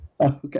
Okay